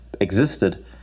existed